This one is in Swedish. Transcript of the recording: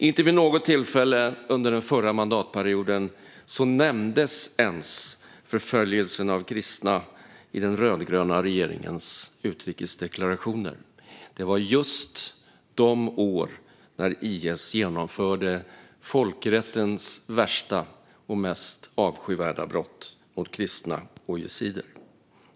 Inte vid något tillfälle under den förra mandatperioden nämndes ens förföljelsen av kristna i den rödgröna regeringens utrikesdeklarationer. Det var just under dessa år som IS genomförde folkrättens värsta och mest avskyvärda brott mot kristna och yazidier.